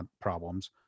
problems